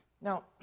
Now